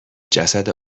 جسد